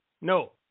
No